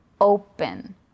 open